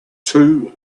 two